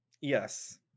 yes